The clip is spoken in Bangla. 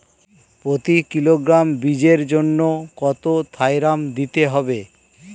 প্রতি কিলোগ্রাম বীজের জন্য কত থাইরাম দিতে হবে?